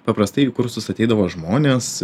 paprastai į kursus ateidavo žmonės